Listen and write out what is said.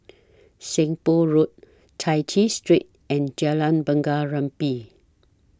Seng Poh Road Chai Chee Street and Jalan Bunga Rampai